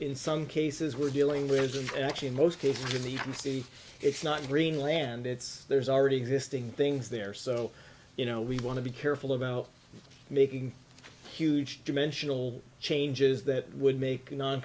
in some cases we're dealing with them actually in most cases in the you can see it's not greenland it's there's already existing things there so you know we want to be careful about making huge dimensional changes that would make non